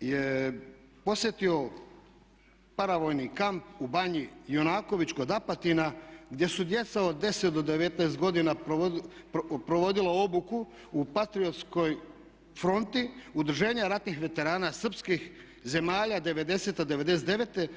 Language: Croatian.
je posjetio paravojni kamp u Banji Junaković kod Apatina gdje su djeca od 10 do 19 godina provodila obuku u patriotskoj fronti udruženja ratnih veterana srpskih zemalja '90.-'99.